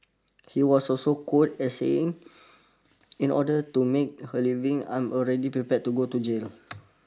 he was also quote as saying in order to make her leaving I am already prepared to go to jail